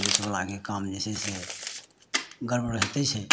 police बलाके काम जे छै से गड़बड़ होइते छै